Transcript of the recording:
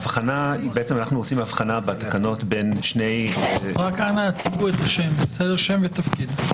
אנחנו עושים הבחנה בתקנות בין שני --- אנא הציגו שם ותפקיד.